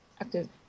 Active